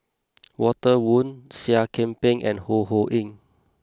Walter Woon Seah Kian Peng and Ho Ho Ying